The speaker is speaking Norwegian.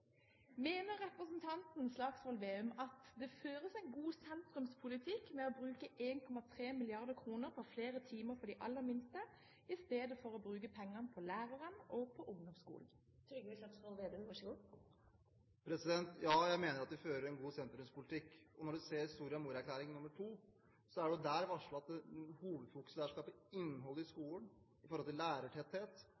Mener representanten Slagsvold Vedum at det føres en god sentrumspolitikk ved å bruke 1,3 mrd. kr på flere timer for de aller minste i stedet for å bruke pengene på lærerne og på ungdomsskolen? Ja, jeg mener at vi fører en god sentrumspolitikk. I Soria Moria II-erklæringen er det varslet at hovedfokuset er å skape innhold i skolen – økt lærertetthet, og at en ikke nå skal kjøre en massiv videreopptrapping av antall skoletimer. Det er helt tydelig uttalt i regjeringserklæringen. I